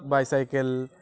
bicycle